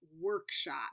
workshop